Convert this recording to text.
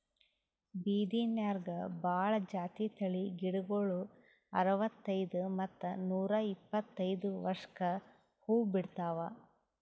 ಬಿದಿರ್ನ್ಯಾಗ್ ಭಾಳ್ ಜಾತಿ ತಳಿ ಗಿಡಗೋಳು ಅರವತ್ತೈದ್ ಮತ್ತ್ ನೂರ್ ಇಪ್ಪತ್ತೈದು ವರ್ಷ್ಕ್ ಹೂವಾ ಬಿಡ್ತಾವ್